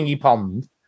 Pond